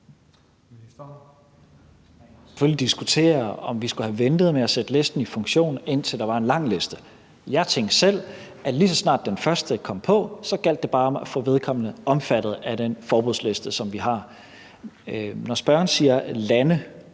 diskutere, om vi skulle have ventet med at sætte listen i funktion, indtil der var en lang liste. Jeg tænkte selv, at lige så snart den første kom på listen, så gjaldt det bare om at få vedkommende omfattet af den forbudsliste, som vi har. Når spørgeren siger »lande«,